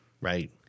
Right